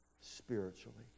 spiritually